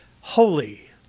holy